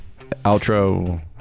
Outro